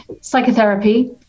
psychotherapy